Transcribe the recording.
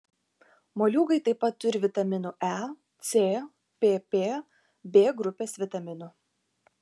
moliūgai taip pat turi vitaminų e c pp b grupės vitaminų